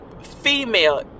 female